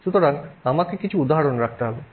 সুতরাং আমাকে কিছু উদাহরণ রাখতে হবে